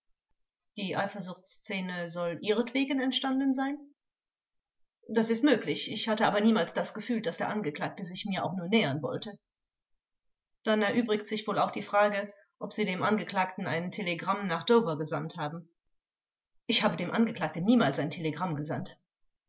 die eifersuchtsszene soll ihretwegen entstanden sein zeugin das ist möglich ich hatte aber niemals das gefühl daß der angeklagte sich mir auch nur nähern wollte vors dann erübrigt sich wohl auch die frage ob sie dem angeklagten ein telegramm nach dover gesandt sandt haben zeugin ich habe dem angeklagten niemals ein telegramm gesandt